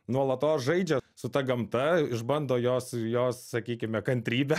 nuolatos žaidžia su ta gamta išbando jos jos sakykime kantrybę